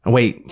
Wait